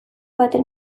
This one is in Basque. baten